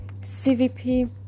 CVP